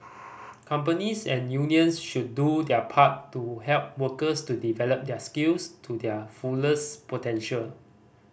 companies and unions should do their part to help workers to develop their skills to their fullest potential